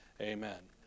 amen